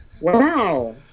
Wow